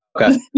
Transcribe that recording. Okay